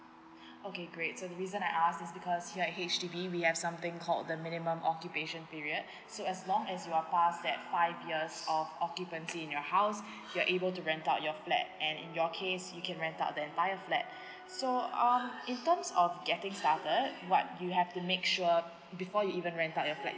okay great so the reason I ask is because here at H_D_B we have something called the minimum occupation period so as long as you are past that five years of occupancy in your house you're able to rent out your flat and in your case you can rent out the entire flat so um in terms of getting started what you have to make sure before you even rent out your flat